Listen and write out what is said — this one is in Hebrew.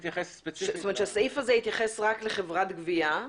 שהסעיף הזה יתייחס רק לחברת גבייה.